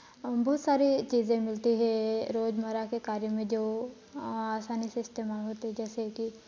बहुत सारी चीज़ें मिलती हैं रोज़मर्रा के कार्य में जो आसानी से इस्तेमाल होती है जैसे कि